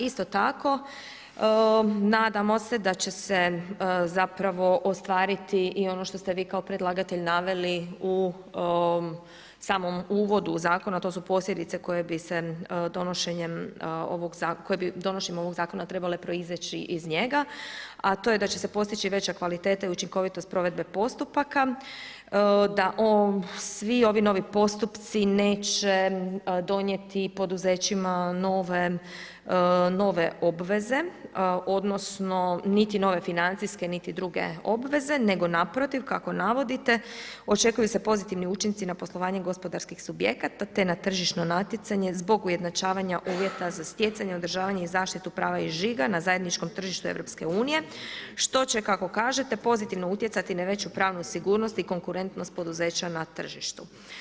Isto tako nadamo se da će se zapravo ostvariti i ono što ste vi kao predlagatelj naveli u samom uvodu zakona, a to su posljedice koje bi se donošenjem ovoga, koje bi donošenjem ovoga zakona trebali proizaći iz njega, a to je da će se postići veća kvaliteta i učinkovitost provedbe postupaka da svi ovi novi postupci neće donijeti poduzećima nove obveze odnosno nove obveze, odnosno niti nove financijske niti druge obveze nego naprotiv kako navodite očekuju se pozitivni učinci na poslovanje gospodarskih subjekata te na tržišno natjecanje zbog ujednačavanja uvjeta za stjecanje održavanje i zaštitu prava i žiga na zajedničkom tržištu Europske unije, što će kako kažete pozitivno utjecati na veću pravnu sigurnost i konkurentnost poduzeća na tržištu.